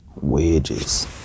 wages